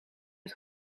het